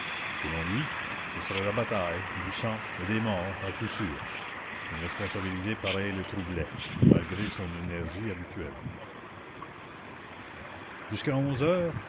selon lui ce serait la bataille du sang et des morts à coup sûr une responsabilité pareille le troublait malgré son énergie habituelle jusqu'à onze heures